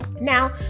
Now